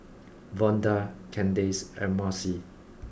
Vonda Candace and Marcy